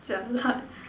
Jialat